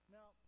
Now